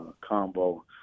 combo